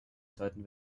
zweiten